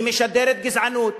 היא משדרת גזענות,